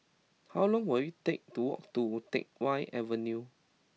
how long will it take to walk to Teck Whye Avenue